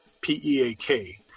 p-e-a-k